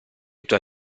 tua